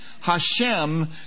Hashem